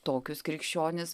tokius krikščionis